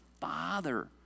Father